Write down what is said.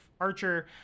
archer